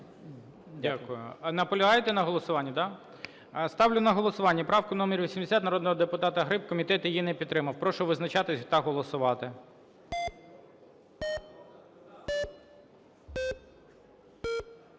Дякую. Наполягаєте на голосуванні, да? Ставлю на голосування правку номер 80 народного депутата Гриб. Комітет її не підтримав. Прошу визначатись та голосувати.